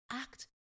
act